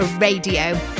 Radio